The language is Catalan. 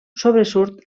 sobresurt